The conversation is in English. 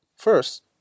First